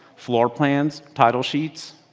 floor plans, title sheets,